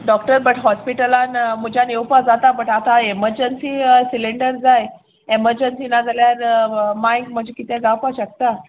doctor but हॉस्पिटलान म्हुज्यान येवपा जाता बट आतां एमर्जंसी सिलींडर जाय एमर्जंसी ना जाल्यार मांयक म्हजे कितें जावपा शकता